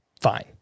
fine